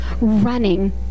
running